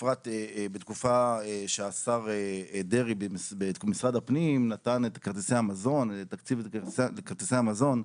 בפרט בתקופה שהשר דרעי במשרד הפנים נתן את התקציב לכרטיסי המזון,